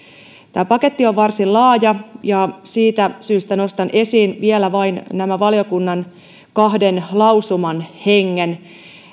tämä paketti on varsin laaja ja siitä syystä nostan esiin vielä vain valiokunnan kahden lausuman hengen